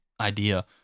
idea